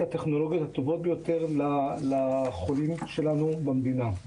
הטכנולוגיות הטובות ביותר לחולים שלנו במדינה.